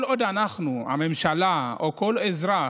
כל עוד אנחנו, הממשלה, או כל אזרח,